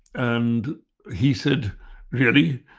and he said really?